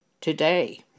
today